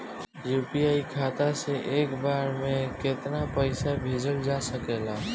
UPI खाता से एक बार म केतना पईसा भेजल जा सकेला?